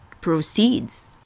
proceeds